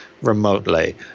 remotely